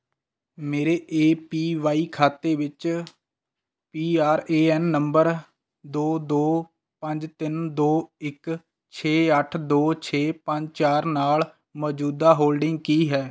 ਮੇਰੇ A P Y ਖਾਤੇ ਵਿੱਚ P R A N number ਦੋ ਦੋ ਪੰਜ ਤਿੰਨ ਦੋ ਇੱਕ ਛੇ ਅੱਠ ਦੋ ਛੇ ਪੰਜ ਚਾਰ ਨਾਲ ਮੌਜੂਦਾ ਹੋਲਡਿੰਗ ਕੀ ਹੈ